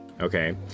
okay